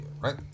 right